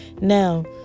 Now